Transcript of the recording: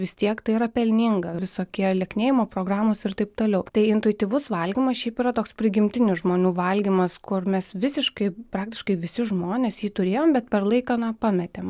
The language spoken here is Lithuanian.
vis tiek tai yra pelninga visokie lieknėjimo programos ir taip toliau tai intuityvus valgymas šiaip yra toks prigimtinių žmonių valgymas kur mes visiškai praktiškai visi žmonės jį turėjom bet per laiką na pametėm